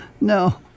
No